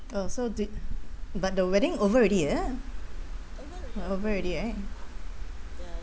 oh so did but the wedding over already eh ya uh over already right